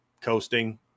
coasting